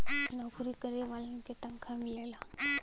नऊकरी करे वालन के तनखा मिलला